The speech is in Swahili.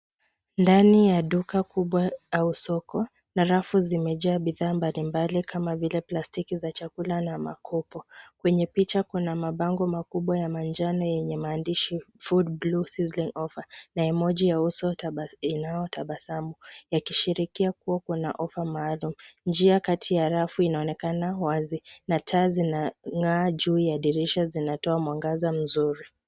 Ndani ya duka kubwa au soko na rafu zimejaa bidhaa mbalimbali kama vile plastiki za chakula na makopo. Kwenye picha, kuna mabango makubwa ya manjano yenye maandishi Food Blue Season Offer na emoji ya uso inayotabasamu yakishirikia kuwa kuna offa maalum. Njia kati ya rafu inaonekana wazi na taa zina ng'aa juu ya dirisha zinatoa mwangaza mzuri.